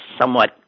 somewhat